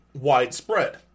widespread